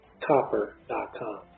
copper.com